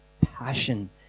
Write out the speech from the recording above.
passion